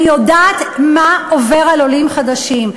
ואני יודעת מה עובר על עולים חדשים.